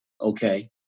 okay